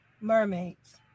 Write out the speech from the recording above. mermaids